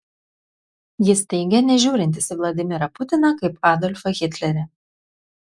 jis teigė nežiūrintis į vladimirą putiną kaip adolfą hitlerį